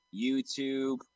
YouTube